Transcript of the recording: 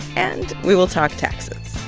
and we will talk taxes